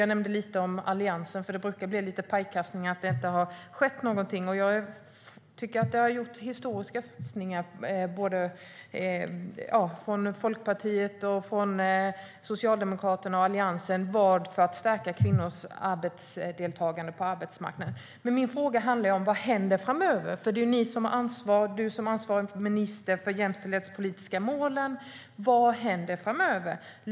Jag nämnde lite om Alliansen, för det brukar bli lite pajkastning om att det inte har skett något. Jag tycker att historiska satsningar har gjorts av såväl Folkpartiet som Socialdemokraterna och Alliansen för att stärka kvinnors deltagande på arbetsmarknaden. Men min fråga handlade om vad som händer framöver. Det är ni som har ansvaret, Åsa Regnér. Du är ansvarig minister för de jämställdhetspolitiska målen. Vad händer framöver?